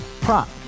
Prop